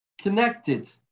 connected